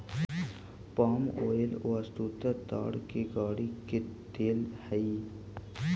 पाम oil वस्तुतः ताड़ के गड़ी के तेल हई